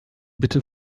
bitte